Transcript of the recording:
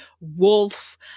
Wolf